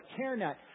CareNet